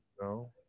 no